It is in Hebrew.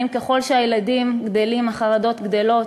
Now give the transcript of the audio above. האם ככל שהילדים גדלים החרדות גדלות?